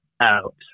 out